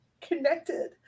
connected